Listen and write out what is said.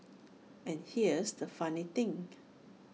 and here's the funny thing